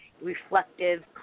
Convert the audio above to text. reflective